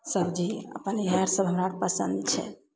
सब्जी अपन इएह अर सब हमरा पसन्द छै